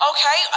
Okay